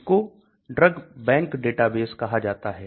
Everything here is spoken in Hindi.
इसको DRUGBANK डेटाबेस कहा जाता है